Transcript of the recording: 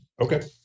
Okay